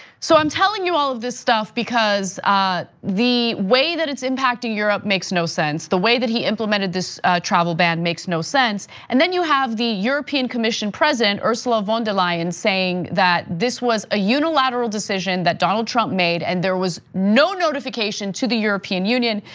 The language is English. so i'm telling you all of this stuff because the way that it's impacting europe makes no sense. the way that he implemented this travel ban makes no sense. and then you have the european commission president, ursula von der leyen. saying that this was a unilateral decision that donald trump made and there was no notification to the european union.